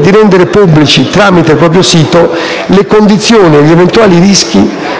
di rendere pubblici, tramite il proprio sito, le condizioni e gli eventuali rischi